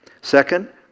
Second